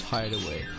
Hideaway